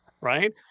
right